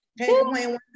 Okay